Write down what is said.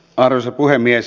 arvoisa puhemies